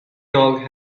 dog